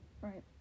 right